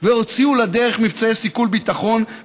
והוציאו לדרך מבצעי סיכול ביטחון,